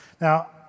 Now